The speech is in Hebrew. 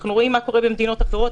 אנחנו רואים מה קורה במדינות אחרות.